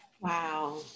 Wow